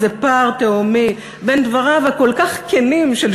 איזה פער תהומי בין דבריו הכל-כך כנים של